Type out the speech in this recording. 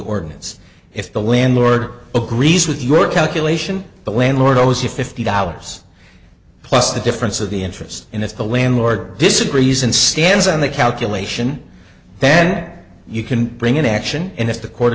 ordinance if the landlord agrees with your calculation but landlord owes you fifty dollars plus the difference of the interest in if the landlord disagrees and stands on the calculation then you can bring an action and if the court